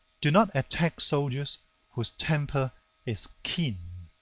do not attack soldiers whose temper is keen.